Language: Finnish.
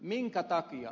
minkä takia